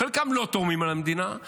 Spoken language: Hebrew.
חלקם לא תורמים למדינה,